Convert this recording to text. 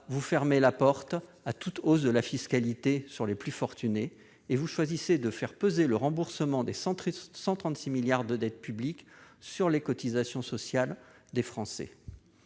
vous fermez la porte à toute hausse de la fiscalité sur les plus fortunés et vous choisissez de faire peser le remboursement des 136 milliards d'euros de dette publique sur les cotisations sociales des Français.